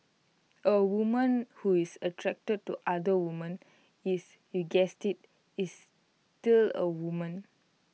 A woman who is attracted to other women is you guessed IT is still A woman